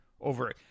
over